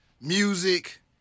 music